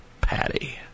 patty